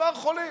כמה חולים.